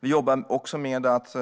Vi jobbar också med att